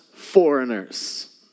Foreigners